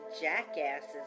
jackasses